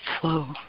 flow